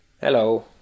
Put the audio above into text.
Hello